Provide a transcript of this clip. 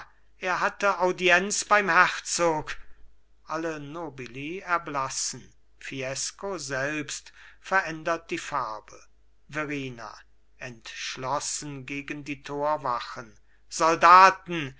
er hatte audienz beim herzog alle nobili erblassen fiesco selbst verändert die farbe verrina entschlossen gegen die torwache soldaten